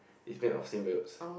is made of sin builds